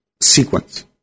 sequence